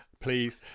please